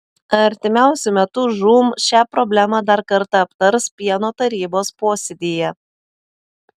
artimiausiu metu žūm šią problemą dar kartą aptars pieno tarybos posėdyje